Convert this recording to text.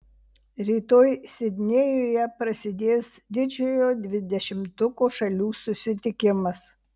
rytoj sidnėjuje prasidės didžiojo dvidešimtuko šalių susitikimas